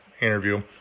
interview